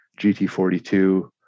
GT42